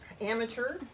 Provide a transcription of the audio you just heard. amateur